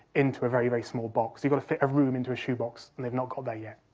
into a very, very small box. you've got to fit a room into a shoebox, and they're not got there yet.